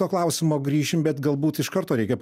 to klausimo grįšim bet galbūt iš karto reikia